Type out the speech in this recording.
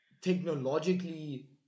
technologically